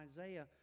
Isaiah